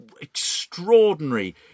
extraordinary